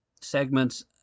segments